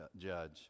judge